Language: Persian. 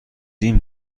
این